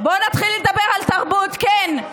בואו נתחיל לדבר על תרבות, כן.